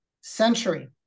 century